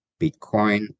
Bitcoin